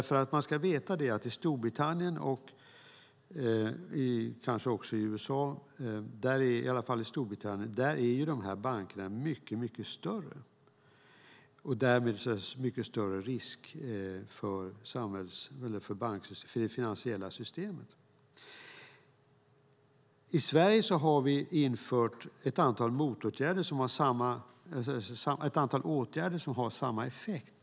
För man ska veta att i Storbritannien och kanske också i USA - i alla fall i Storbritannien - är de här bankerna mycket större. Därmed är det mycket större risk för det finansiella systemet. I Sverige har vi infört ett antal åtgärder som har samma effekt.